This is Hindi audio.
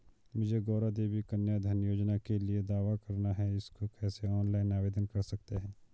मुझे गौरा देवी कन्या धन योजना के लिए दावा करना है इसको कैसे ऑनलाइन आवेदन कर सकते हैं?